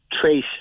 trace